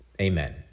Amen